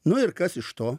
nu ir kas iš to